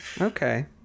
Okay